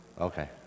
Okay